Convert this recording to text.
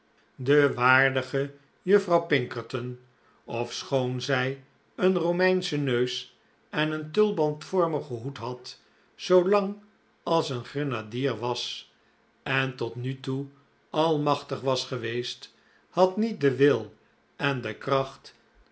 de waardige juffrouw pinkerton ofschoon zij een romeinschen neus en een tulbandvormigen hoed had zoo lang als een grenadier was en tot nu toe almachtig was geweest had niet den wil en de kracht